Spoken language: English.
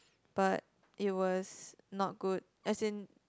but it was not good as in